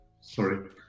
sorry